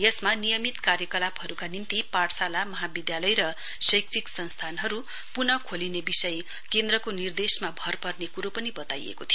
यसमा नियमित कार्यकलापहरुका निम्ति पाठशाला महाविद्वालय र शैक्षिक संस्थानहरु पुन खोलिने विषय केन्द्रको निर्देशमा भर पर्ने कुरो पनि वताइएको थियो